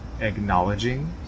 acknowledging